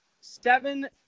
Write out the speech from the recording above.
seven